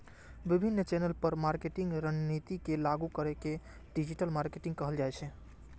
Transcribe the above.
विभिन्न चैनल पर मार्केटिंग रणनीति के लागू करै के डिजिटल मार्केटिंग कहल जाइ छै